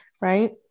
right